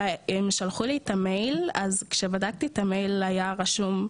והם שלחו לי את המייל אז כשבדקתי את המייל היה רשום,